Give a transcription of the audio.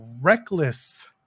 reckless